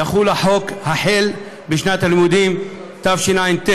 יחול החוק החל בשנת הלימודים התשע"ט.